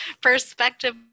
perspective